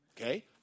Okay